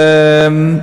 היום.